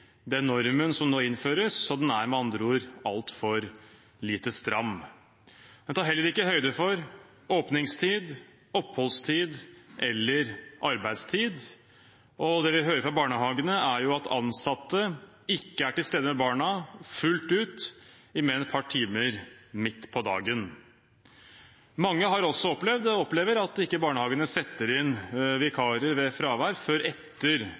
den normen som nå innføres. Den er med andre ord altfor lite stram. Den tar heller ikke høyde for åpningstid, oppholdstid eller arbeidstid, og det vi hører fra barnehagene, er at ansatte ikke er til stede med barna fullt ut i mer enn et par timer midt på dagen. Mange har også opplevd og opplever at barnehagene ikke setter inn vikarer ved fravær før etter